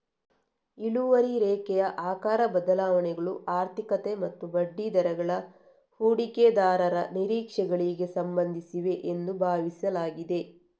ಇಳುವರಿ ರೇಖೆಯ ಆಕಾರ ಬದಲಾವಣೆಗಳು ಆರ್ಥಿಕತೆ ಮತ್ತು ಬಡ್ಡಿದರಗಳ ಹೂಡಿಕೆದಾರರ ನಿರೀಕ್ಷೆಗಳಿಗೆ ಸಂಬಂಧಿಸಿವೆ ಎಂದು ಭಾವಿಸಲಾಗಿದೆ